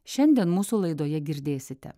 šiandien mūsų laidoje girdėsite